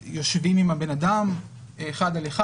יושבים עם הבן אדם אחד על אחד?